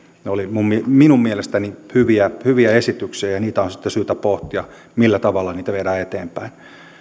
oli minun minun mielestäni hyviä hyviä esityksiä ja on sitten syytä pohtia millä tavalla niitä viedään eteenpäin